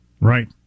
Right